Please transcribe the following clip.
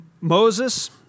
Moses